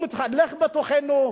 הוא מתהלך בתוכנו,